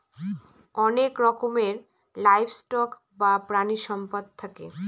অনেক রকমের livestock বা প্রানীসম্পদ থাকে